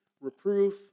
reproof